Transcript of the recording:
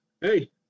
hey